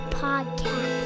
podcast